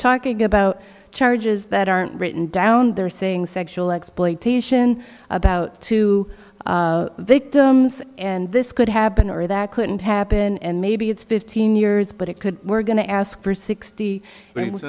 talking about charges that aren't written down they're saying sexual exploitation about to victims and this could happen or that couldn't happen and maybe it's been fifteen years but it could we're going to ask for sixty